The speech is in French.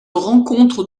rencontre